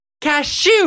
Cashew